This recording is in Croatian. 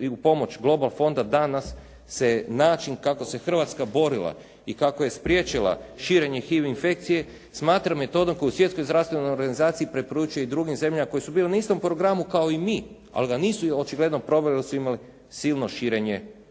i u pomoć Global fonda danas se način kako se Hrvatska borila i kako je spriječila širenje HIV infekcije smatra metodom koju Svjetskoj zdravstvenoj organizaciji preporučuju i drugim zemljama koje su bile na istom programu kao i mi, ali ga nisu očigledno provele jer su imali silno širenje HIV i